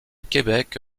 québec